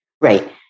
Right